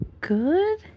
good